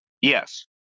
Yes